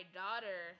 daughter